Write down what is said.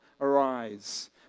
arise